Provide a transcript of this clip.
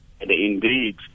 indeed